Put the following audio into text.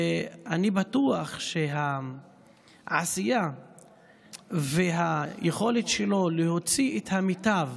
אני בטוח שהעשייה והיכולת שלו להוציא את המיטב